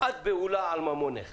את בהולה על הממון שלך